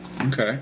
Okay